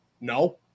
No